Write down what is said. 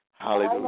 Hallelujah